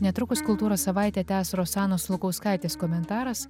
netrukus kultūros savaitę tęs rosanos lukauskaitės komentaras